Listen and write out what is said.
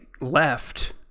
left